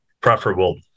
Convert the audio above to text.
preferable